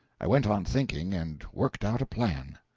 i went on thinking, and worked out a plan.